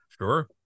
Sure